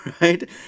right